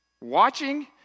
Watching